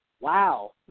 wow